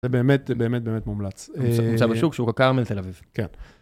זה באמת, זה באמת, באמת מומלץ. נמצא בשוק, שוק הכרמל, תל אביב. כן.